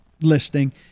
listing